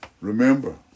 Remember